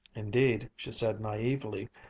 indeed, she said naively,